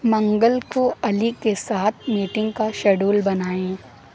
منگل کو علی کے ساتھ میٹنگ کا شیڈول بنائیں